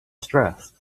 stressed